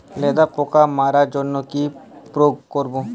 লেদা পোকা মারার জন্য কি প্রয়োগ করব?